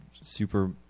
super